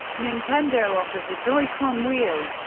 nintendo offers a joy-con wheel,